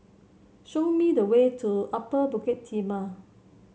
show me the way to Upper Bukit Timah